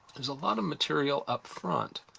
there's a lot of material up front.